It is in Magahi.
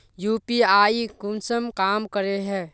यु.पी.आई कुंसम काम करे है?